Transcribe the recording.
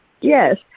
yes